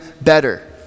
better